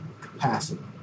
capacity